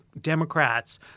Democrats